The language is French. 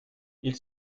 ils